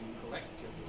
collectively